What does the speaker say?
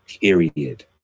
period